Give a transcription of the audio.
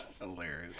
Hilarious